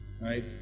right